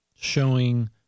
showing